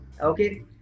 Okay